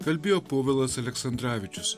kalbėjo povilas aleksandravičius